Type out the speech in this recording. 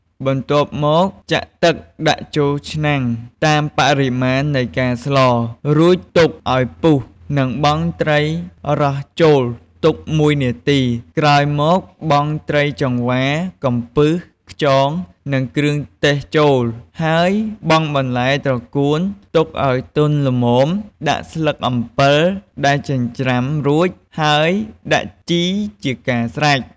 បន្ទាប់មកចាក់ទឹកដាក់ចូលឆ្នាំងតាមបរិមាណនៃការស្ល រួចទុកឱ្យពុះនិងបង់ត្រីរ៉ស់ចូលទុក១នាទី ក្រោយមកបង់ត្រីចង្វា កំពឹស ខ្យង និងគ្រឿងទេសចូល ហើយបង់បន្លែត្រកួនទុកឱ្យទន់ល្មមដាក់ស្លឹកអំពិលដែលចិញ្រ្ចាំរួច ហើយដាក់ជីជាការស្រេច។